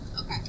Okay